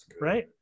Right